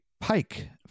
pike